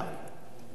כפי שנאמר,